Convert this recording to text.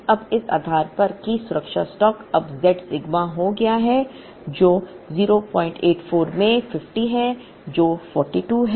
अब इस आधार पर कि सुरक्षा स्टॉक अब z सिग्मा होगा जो 084 में 50 है जो 42 है